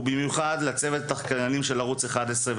ובמיוחד לצוות התחקירנים של ערוץ 11,